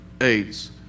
AIDS